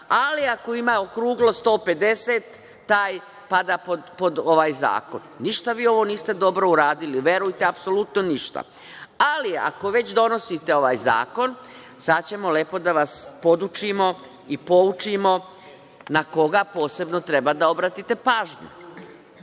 Ali, ako ima okruglo 150, taj pada pod ovaj zakon. Ništa vi ovo niste dobro uradili, verujte, apsolutno ništa. Ali, ako već donosite ovaj zakon, sada ćemo lepo da vas podučimo i poučimo na koga posebno treba da obratite pažnju.